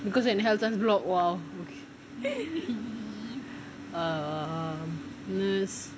because when you help them block !wow! err mm